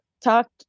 talked